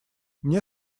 мне